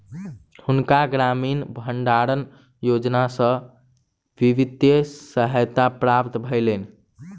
हुनका ग्रामीण भण्डारण योजना सॅ वित्तीय सहायता प्राप्त भेलैन